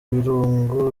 ibirungo